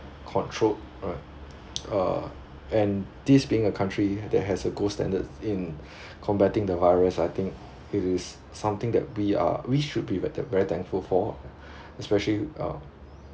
controlled right uh and this being a country that has a gold standard in combating the virus I think it is something that we are we should be v~ very thankful for especially uh